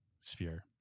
sphere